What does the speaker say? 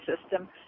system